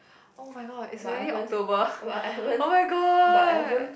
oh my god it's already October oh my god